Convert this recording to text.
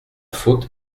faute